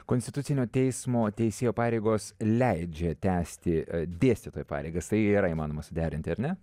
konstitucinio teismo teisėjo pareigos leidžia tęsti dėstytojo pareigas tai yra įmanoma suderinti ar ne